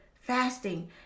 fasting